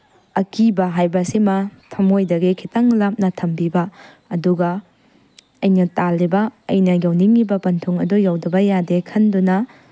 ꯑꯀꯤꯕ ꯍꯥꯏꯕ ꯑꯁꯤꯃ ꯊꯃꯣꯏꯗꯒꯤ ꯈꯤꯇꯪ ꯂꯥꯞꯅ ꯊꯝꯕꯤꯕ ꯑꯗꯨꯒ ꯑꯩꯅ ꯇꯥꯜꯂꯤꯕ ꯑꯩꯅ ꯌꯧꯅꯤꯡꯏꯕ ꯄꯟꯊꯨꯡ ꯑꯗꯨ ꯌꯧꯗꯕ ꯌꯥꯗꯦ ꯈꯟꯗꯨꯅ